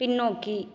பின்னோக்கி